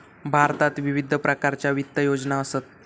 भारतात विविध प्रकारच्या वित्त योजना असत